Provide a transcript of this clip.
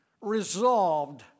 resolved